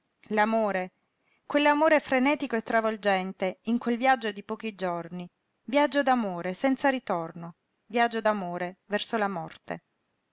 l'amore quell'amore frenetico e travolgente in quel viaggio di pochi giorni viaggio d'amore senza ritorno viaggio d'amore verso la morte